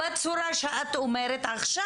בצורה שאת אומרת עכשיו,